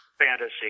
fantasy